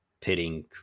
pitting